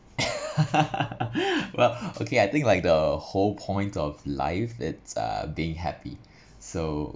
well okay I think like the whole point of life it's uh being happy so